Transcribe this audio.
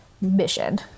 mission